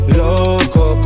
loco